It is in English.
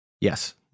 Yes